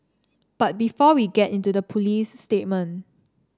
but before we get into the police statement